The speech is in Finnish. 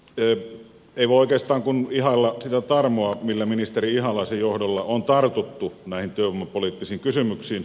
ei voi oikeastaan kuin ihailla sitä tarmoa millä ministeri ihalaisen johdolla on tartuttu näihin työvoimapoliittisiin kysymyksiin